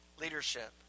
leadership